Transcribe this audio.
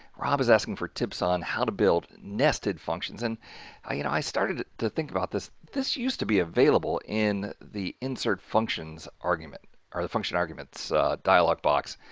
rob is asking for tips on how to build nested functions and ah you know i started to think about this this used to be available in the insert function's argument are the function arguments dialog box.